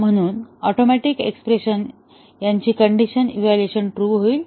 आणि म्हणून atomic expression यांची कण्डिशन इव्हॅल्युएशन ट्रू होईल